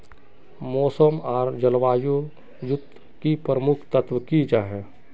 मौसम आर जलवायु युत की प्रमुख तत्व की जाहा?